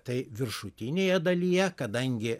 tai viršutinėje dalyje kadangi